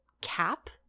cap